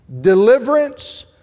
deliverance